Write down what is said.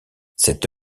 cette